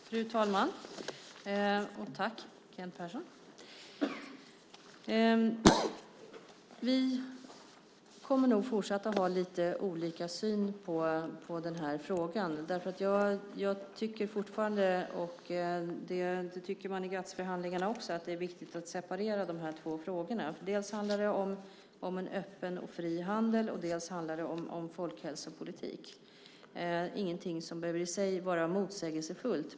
Fru talman! Tack Kent Persson! Vi kommer nog att fortsätta att ha lite olika syn på den här frågan. Jag tycker fortfarande - det tycker man i GATS-förhandlingarna också - att det är viktigt att separera de här två frågorna. Det handlar dels om en öppen och fri handel, dels om folkhälsopolitik. Det är ingenting som i sig behöver vara motsägelsefullt.